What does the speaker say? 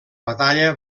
batalla